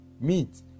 meat